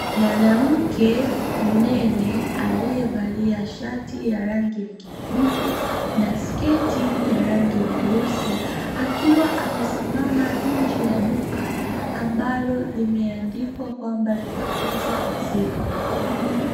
Mwanamke mnene aliyevalia shati ya rangi ya kijivu na sketi ya rangi nyeusi, akiwa amesimama nje ya duka ambalo limeandikwa kwamba linauzwa maziwa.